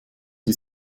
die